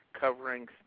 covering